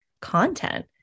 content